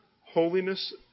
holiness